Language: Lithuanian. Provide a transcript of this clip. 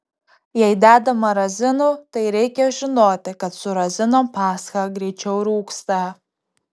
jei dedama razinų tai reikia žinoti kad su razinom pascha greičiau rūgsta